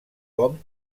com